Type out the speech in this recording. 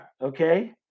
Okay